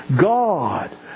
God